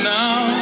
now